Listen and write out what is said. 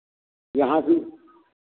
यहाँ फिर